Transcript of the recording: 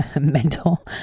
mental